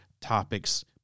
topics